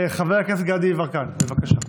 חבר הכנסת גדי יברקן, בבקשה.